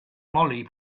molly